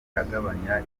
agabanya